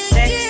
Sex